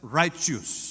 righteous